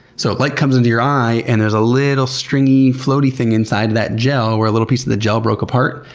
so light comes into your eye and there's a little stringy floaty thing inside of that gel, where a little piece of the gel broke apart,